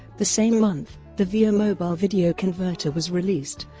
the same month, the vio mobile video converter was released,